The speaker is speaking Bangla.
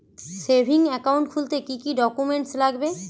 সেভিংস একাউন্ট খুলতে কি কি ডকুমেন্টস লাগবে?